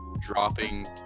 dropping